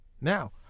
now